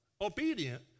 obedient